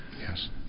Yes